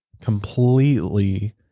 completely